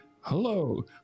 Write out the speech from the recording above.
hello